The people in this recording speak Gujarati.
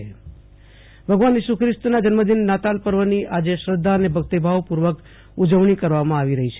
આશુતોષ અંતાણી નાતાલ પર્વ ભગવાન ઈસુ ષ્ટ્રિસ્તીના જન્મદિન નાતાલ પર્વની આજે શ્રધ્ધા અને ભક્તિભાવપૂર્વક ઉજવણી કરવામાં આવી રહી છે